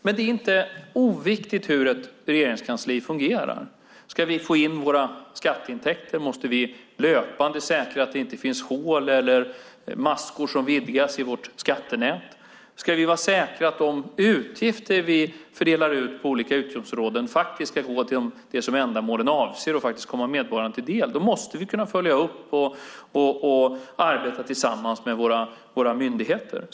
Det är dock inte oviktigt hur ett regeringskansli fungerar. Om vi ska få in våra skatteintäkter måste vi löpande säkra att det inte finns hål eller maskor som vidgas i vårt skattenät. Om vi ska vara säkra på att de utgifter vi fördelar på olika utgiftsområden verkligen går till det som är ändamålet och faktiskt kommer medborgarna till del måste vi kunna följa upp detta och arbeta tillsammans med våra myndigheter.